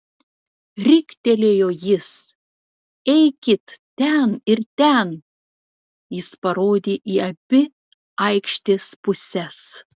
riktelėjo jis eikit ten ir ten jis parodė į abi aikštės puses